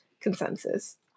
consensus